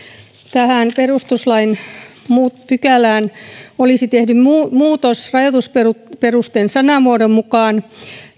tähän perustuslain pykälään olisi tehty muutos rajoitusperusteen sanamuodon mukaan